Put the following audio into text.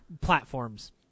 platforms